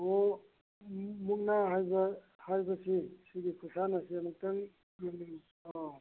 ꯍꯣ ꯃꯨꯛꯅꯥ ꯍꯥꯏꯕ ꯍꯥꯏꯕꯁꯤ ꯁꯤꯒꯤ ꯈꯨꯟꯁꯥꯟꯅꯁꯤ ꯑꯃꯨꯛꯇꯪ ꯑꯣ